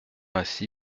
ainsi